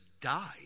died